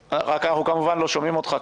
אנחנו, כמובן, לא שומעים אותך.